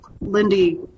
Lindy